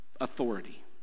authority